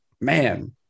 man